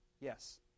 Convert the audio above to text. Yes